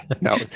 no